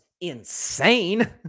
insane